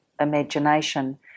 imagination